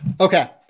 Okay